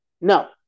No